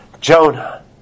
Jonah